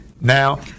Now